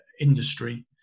industry